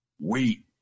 wait